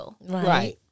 right